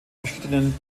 verschiedenen